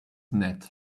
net